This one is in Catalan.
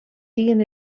siguin